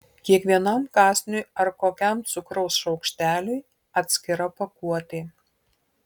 kiekvienam kąsniui ar kokiam cukraus šaukšteliui atskira pakuotė